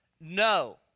No